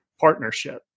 partnership